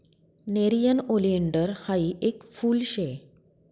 nerium oleander हायी येक फुल शे